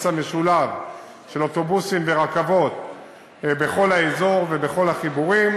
המשולב של אוטובוסים ורכבות בכל האזור ובכל החיבורים.